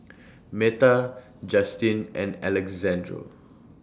Meta Justyn and Alexandro